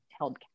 Held